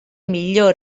millor